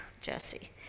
Jesse